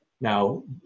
Now